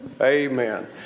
Amen